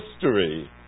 history